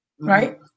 right